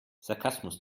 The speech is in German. sarkasmus